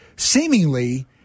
Seemingly